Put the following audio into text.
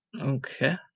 Okay